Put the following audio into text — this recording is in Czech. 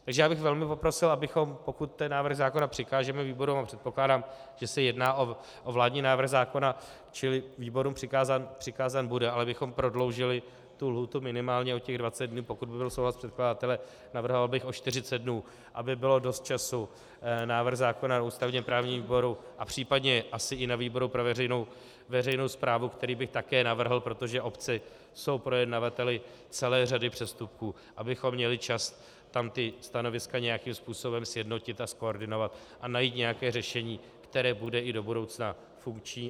Takže já bych velmi poprosil, abychom pokud ten návrh zákona přikážeme výborům, předpokládám, že se jedná o vládní návrh zákona, čili výborům přikázán bude, ale abychom prodloužili lhůtu minimálně o 20 dnů, pokud by byl souhlas předkladatele, navrhoval bych o 40 dnů, aby bylo dost času návrh zákona na ústavněprávním výboru a případně asi i na výboru pro veřejnou správu, který bych také navrhl, protože obce jsou projednavateli celé řady přestupků, abychom měli čas tam ta stanoviska nějakým způsobem sjednotit a zkoordinovat a najít nějaké řešení, které bude i do budoucna funkční.